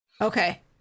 Okay